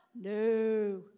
No